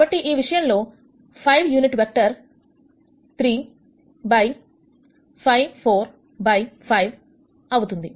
కాబట్టి ఈ విషయంలో ఇది 5యూనిట్ వెక్టార్ 3 బై 5 4 బై 5 అవుతుంది